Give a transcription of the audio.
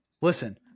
Listen